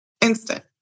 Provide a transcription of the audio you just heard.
Instant